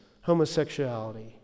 homosexuality